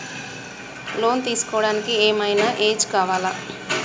Loan తీస్కోవడానికి ఏం ఐనా ఏజ్ కావాలా?